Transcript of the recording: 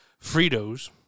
Fritos